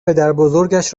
پدربزرگش